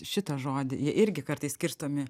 šitą žodį jie irgi kartais skirstomi